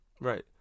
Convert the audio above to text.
right